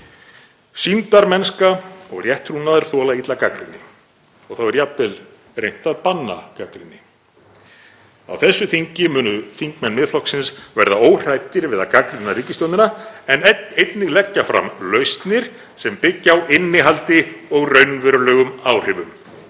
Sýndarmennska og rétttrúnaður þola illa gagnrýni og þá er jafnvel reynt að banna gagnrýni. Á þessu þingi munu þingmenn Miðflokksins verða óhræddir við að gagnrýna ríkisstjórnina en einnig leggja fram lausnir sem byggja á innihaldi og raunverulegum áhrifum.